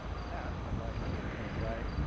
with that i'd like to invite